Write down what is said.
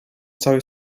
całej